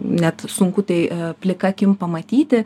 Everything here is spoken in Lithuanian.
net sunku tai plika akim pamatyti